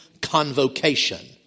convocation